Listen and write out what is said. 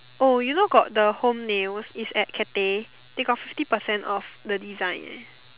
oh you know got the home nails it's at Cathay they got fifty percent off the design eh